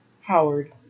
Howard